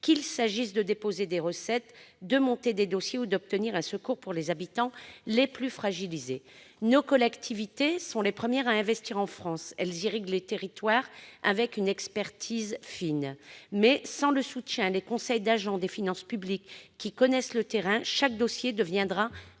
qu'il s'agisse de déposer des recettes, de monter des dossiers ou d'obtenir un secours pour les habitants les plus fragilisés. Elles sont les premières à investir en France. Elles irriguent les territoires avec une expertise fine. Sans leur soutien, sans les conseils des agents des finances publiques, qui connaissent le terrain, chaque dossier deviendra infiniment plus compliqué.